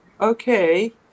okay